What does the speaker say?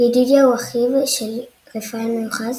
ידידיה הוא אחיו של רפאל מיוחס